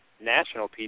National